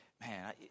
man